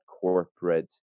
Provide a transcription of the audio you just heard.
corporate